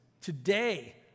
today